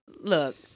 look